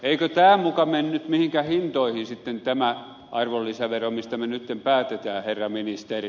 eikö tämä muka mene nyt mihinkään hintoihin sitten tämä arvonlisävero mistä me nytten päätämme herra ministeri